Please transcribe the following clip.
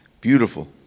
Beautiful